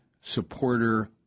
supporter